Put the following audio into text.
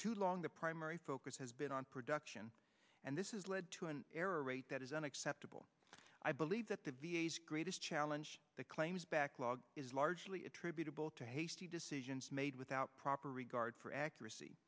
too long the primary focus has been on production and this is led to an error rate that is unacceptable i believe that the v a s greatest challenge the claims backlog is largely attributable to hasty decisions made without proper regard for accuracy